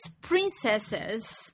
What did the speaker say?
princesses